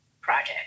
project